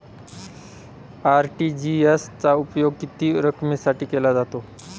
RTGS चा उपयोग किती रकमेसाठी केला जातो?